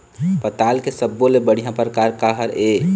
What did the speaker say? पताल के सब्बो ले बढ़िया परकार काहर ए?